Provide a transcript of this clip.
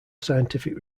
scientific